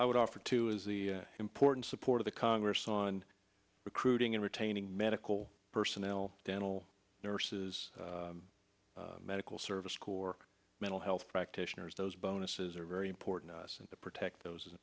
uld offer to is the important support of the congress on recruiting and retaining medical personnel dental nurses medical service corps mental health practitioners those bonuses are very important to us and to protect those